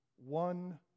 One